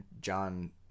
John